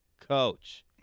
coach